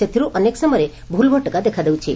ସେଥିରୁ ଅନେକ ସମୟରେ ଭୁଲ୍ଭଟକା ଦେଖାଦେଉଛି